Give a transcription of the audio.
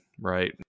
right